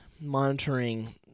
monitoring